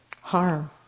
harm